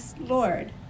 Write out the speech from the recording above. Lord